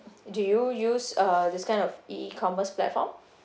do you use uh this kind of E commerce platform